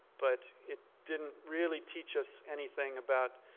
but it didn't really teach us anything about